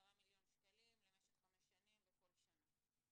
10 מיליון שקלים למשך חמש שנים כל שנה.